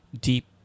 deep